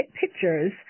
pictures